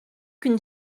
can